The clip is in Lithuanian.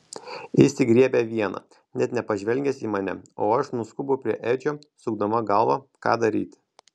jis tik griebia vieną net nepažvelgęs į mane o aš nuskubu prie edžio sukdama galvą ką daryti